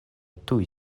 tuj